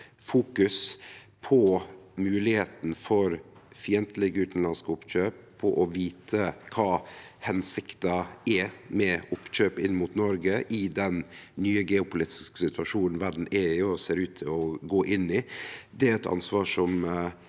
fokusering på moglegheita for fiendtlege utanlandske oppkjøp og å vite hensikta med oppkjøp inn mot Noreg, i den nye geopolitiske situasjonen verda er i og ser ut til å gå inn i. Det er eit ansvar vi